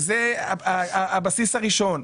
וזה הבסיס הראשון.